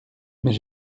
mais